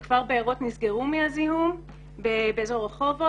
בגלל הזיהום בארות כבר נסגרו באזור רחובות.